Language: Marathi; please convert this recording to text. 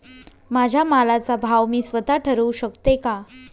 माझ्या मालाचा भाव मी स्वत: ठरवू शकते का?